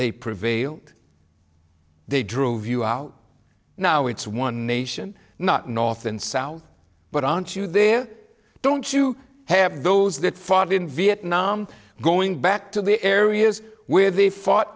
prevailed they drove you out now it's one nation not north and south but aren't you there don't you have those that fought in vietnam going back to the areas where they fought